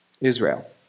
Israel